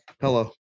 Hello